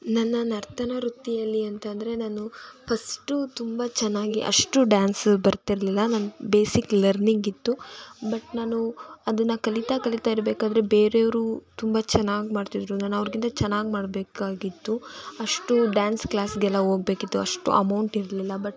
ನನ್ನ ನರ್ತನ ವೃತ್ತಿಯಲ್ಲಿ ಅಂತಂದರೆ ನಾನು ಫಸ್ಟು ತುಂಬ ಚೆನ್ನಾಗಿ ಅಷ್ಟು ಡ್ಯಾನ್ಸ ಬರ್ತಿರಲಿಲ್ಲ ನನ್ಗೆ ಬೇಸಿಕ್ ಲರ್ನಿಂಗ್ ಇತ್ತು ಬಟ್ ನಾನು ಅದನ್ನು ಕಲಿತಾ ಕಲಿತಾ ಇರಬೇಕಾದ್ರೆ ಬೇರೆಯವರು ತುಂಬ ಚೆನ್ನಾಗಿ ಮಾಡ್ತಿದ್ದರು ನಾನು ಅವ್ರಿಗಿಂತ ಚೆನ್ನಾಗಿ ಮಾಡಬೇಕಾಗಿತ್ತು ಅಷ್ಟೂ ಡ್ಯಾನ್ಸ್ ಕ್ಲಾಸಿಗೆಲ್ಲ ಹೋಗ್ಬೇಕಿತ್ತು ಅಷ್ಟು ಅಮೌಂಟ್ ಇರಲಿಲ್ಲ ಬಟ್